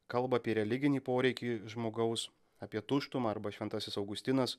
kalba apie religinį poreikį žmogaus apie tuštumą arba šventasis augustinas